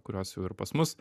kurios jau ir pas mus